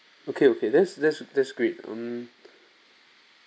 okay okay that's that's that's great um